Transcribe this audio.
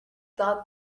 thought